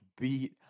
beat